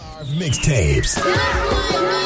Mixtapes